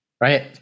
right